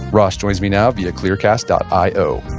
ross joins me now via clearcast ah io